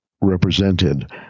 represented